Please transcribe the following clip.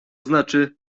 znaczy